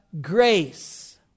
grace